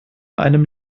einem